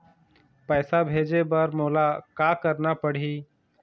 पैसा भेजे बर मोला का करना पड़ही?